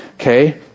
Okay